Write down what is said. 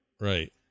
right